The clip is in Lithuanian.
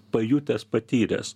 pajutęs patyręs